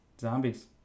Zombies